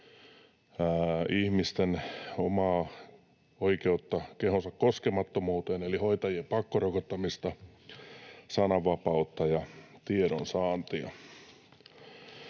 ihmisten omaa oikeutta kehonsa koskemattomuuteen, eli hoitajien pakkorokottamista, sananvapautta ja tiedonsaantia.